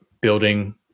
building